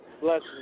Blessings